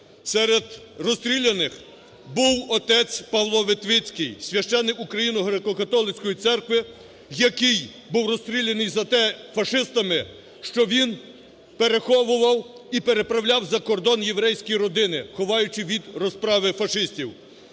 Серед розстріляних був отець Павло Ветвицький, священик Україно-Греко-Католицької Церкви, який був розстріляний за те фашистами, що він переховував і переправляв за кордон єврейські родини, ховаючи від розправи фашистів.